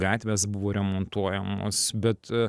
gatvės buvo remontuojamos bet